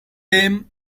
them